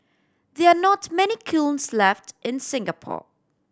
there are not many kilns left in Singapore